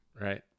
right